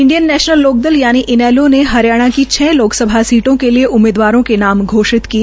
Indian National Lokdal यानि इनैलो ने हरियाणा की छ लोकसभा सीटों के लिये उम्मीदवारों के नाम घोषित किए